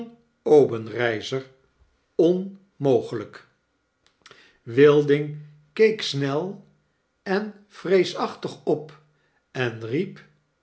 obenreizer onmogelpl wilding keek snel en vreesachtig op en riep